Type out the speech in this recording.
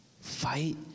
fight